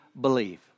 believe